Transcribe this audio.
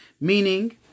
meaning